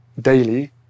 daily